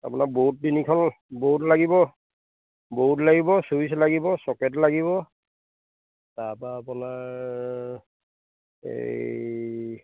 আপোনাৰ ব'ৰ্ড তিনিখন ব'ৰ্ড লাগিব ব'ৰ্ড লাগিব চুইচ লাগিব চকেট লাগিব তাৰপৰা আপোনাৰ এই